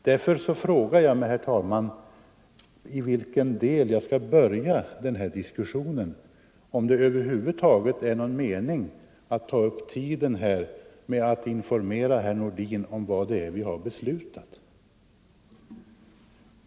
Därför frågar jag mig, herr talman, i vilken del jag skall börja den här diskussionen och om det över huvud taget är någon mening med att ta upp tiden med att informera herr Nordin om vad det är som vi har beslutat.